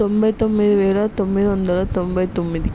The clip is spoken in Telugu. తొంభై తొమ్మిది వేల తొమ్మిది వందల తొంభై తొమ్మిది